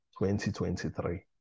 2023